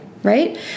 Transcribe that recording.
Right